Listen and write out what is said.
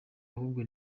ahubwo